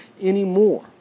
anymore